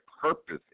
purpose